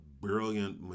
brilliant